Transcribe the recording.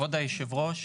כבוד יושב הראש,